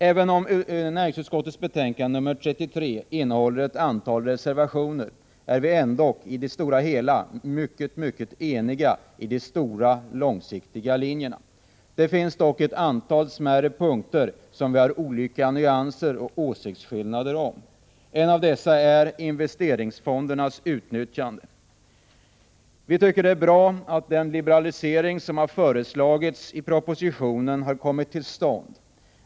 Även om näringsutskottets betänkande 33 innehåller ett antal reservationer, är vi ändå på det stora hela taget mycket eniga i de stora, långsiktiga linjerna. Det finns dock ett antal smärre punkter som vi har olika nyanser och åsiktsskillnader om. En av dessa är investeringsfondernas utnyttjande. Vi tycker att det är bra att den liberalisering som har föreslagits i propositionen har kommit till stånd.